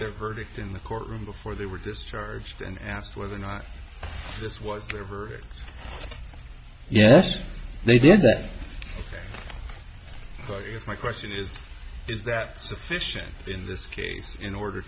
their verdict in the courtroom before they were discharged and asked whether or not this was ever yes they did that but my question is is that decision in this case in order